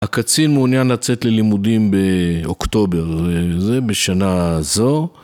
הקצין מעוניין לצאת ללימודים באוקטובר, זה בשנה זו.